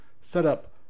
setup